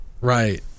Right